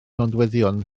nodweddion